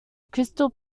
crystal